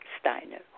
Steiner